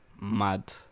Mad